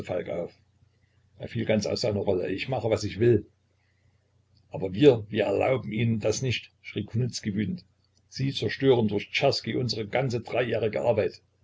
er fiel ganz aus seiner rolle ich mache was ich will aber wir wir erlauben ihnen das nicht schrie kunicki wütend sie zerstören durch czerski unsere ganze dreijährige arbeit